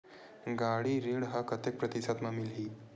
गाड़ी ऋण ह कतेक प्रतिशत म मिलही?